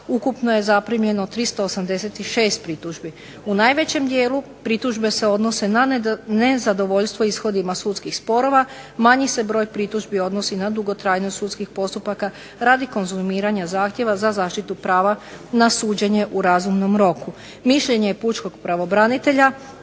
ukupno je zaprimljeno 386 pritužbi. U najvećem dijelu pritužbe se odnose na nezadovoljstvo ishodima sudskih sporova, manji se broj pritužbi odnosi na dugotrajnost sudskih postupaka radi konzumiranja zahtjeva za zaštitu prava za suđenje u razumnom roku. Mišljenje je pučkog pravobranitelja